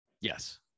Yes